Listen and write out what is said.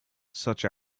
such